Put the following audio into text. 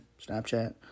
Snapchat